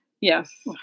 Yes